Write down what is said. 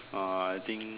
uh I think